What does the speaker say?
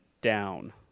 down